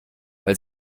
weil